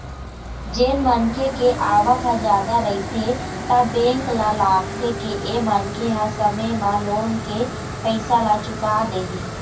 जेन मनखे के आवक ह जादा रहिथे त बेंक ल लागथे के ए मनखे ह समे म लोन के पइसा ल चुका देही